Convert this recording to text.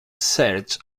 search